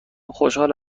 خوشحال